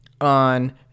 on